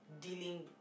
dealing